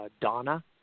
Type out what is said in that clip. Donna